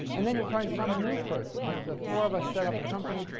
and then you'll find some new person. yeah the four of us set up a company.